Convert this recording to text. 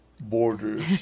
borders